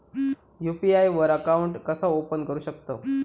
UPI वर account कसा open करू शकतव?